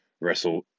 wrestle